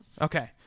Okay